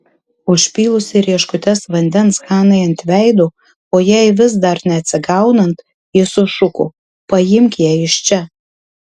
užpylusi rieškutes vandens hanai ant veido o jai vis neatsigaunant ji sušuko paimk ją iš čia